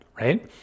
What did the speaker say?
right